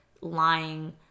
lying